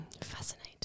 Fascinating